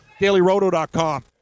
dailyroto.com